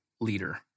leader